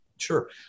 Sure